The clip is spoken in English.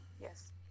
Yes